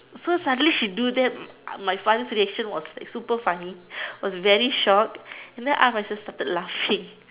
so suddenly she do that my father's reaction was like super funny was very shocked and then I my sister started laughing